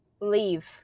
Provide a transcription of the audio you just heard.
leave